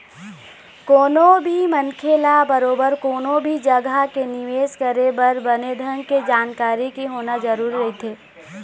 कोनो भी मनखे ल बरोबर कोनो भी जघा के निवेश करे बर बने ढंग के जानकारी के होना जरुरी रहिथे